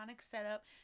setup